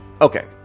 Okay